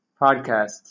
podcast